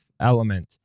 element